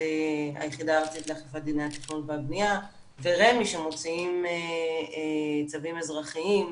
היחידה הארצית לאכיפת דיני התכנון והבניה ורמ"י שמוציאים צווים אזרחיים,